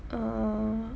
uh